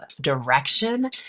direction